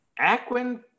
Aquin